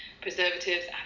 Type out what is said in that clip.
preservatives